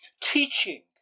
teaching